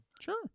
Sure